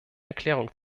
erklärung